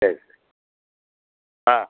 ಸರಿ ಹಾಂ